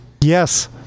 Yes